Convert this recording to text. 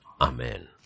Amen